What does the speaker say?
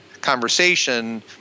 conversation